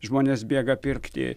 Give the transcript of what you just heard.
žmonės bėga pirkti